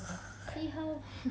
see how